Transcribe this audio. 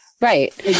Right